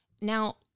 Now